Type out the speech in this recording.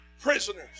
prisoners